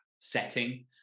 setting